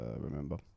remember